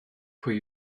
pwy